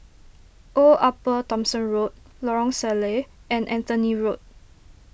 Old Upper Thomson Road Lorong Salleh and Anthony Road